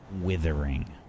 withering